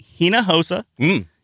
Hina-Hosa